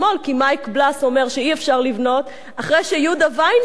כי מייק בלס אומר שאי-אפשר לבנות אחרי שיהודה וינשטיין,